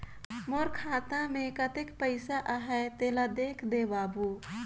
मोर खाता मे कतेक पइसा आहाय तेला देख दे बाबु?